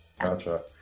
Gotcha